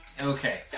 Okay